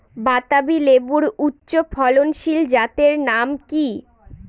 বাতাবি লেবুর উচ্চ ফলনশীল জাতের নাম কি?